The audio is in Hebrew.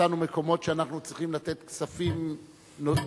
ומצאנו מקומות שאנחנו צריכים לתת כספים נוספים